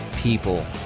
people